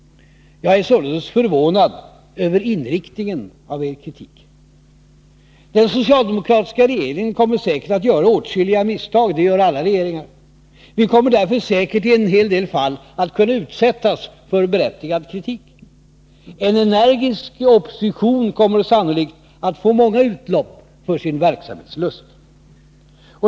Jag är således förvånad över inriktningen av er kritik. Den socialdemokratiska regeringen kommer säkert att göra åtskilliga misstag. Det gör alla regeringar. Vi kommer därför säkert att i en hel del fall kunna utsättas för berättigad kritik. En energisk opposition kommer sannolikt att få många utlopp för sin verksamhetslust.